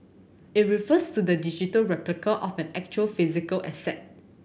it refers to the digital replica of an actual physical asset